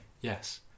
yes